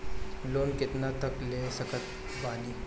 Loan कितना तक ले सकत बानी?